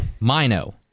Mino